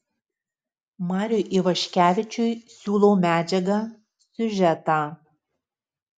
mariui ivaškevičiui siūlau medžiagą siužetą